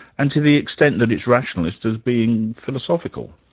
and to the extent that it's rationalist as being philosophical?